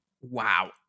wow